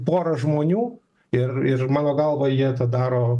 pora žmonių ir ir mano galvoj jie tą daro